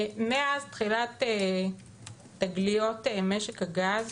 מאז תחילת תגליות משק הגז